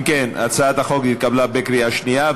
אם כן, הצעת החוק התקבלה בקריאה שנייה.